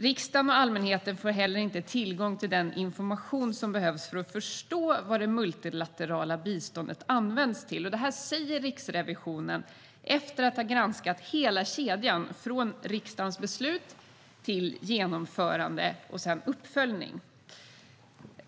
Riksdagen och allmänheten får inte heller tillgång till den information som behövs för att förstå vad det multilaterala biståndet används till." Detta skriver Riksrevisionen "efter att ha granskat hela kedjan från riksdagens beslut till genomförande och uppföljning".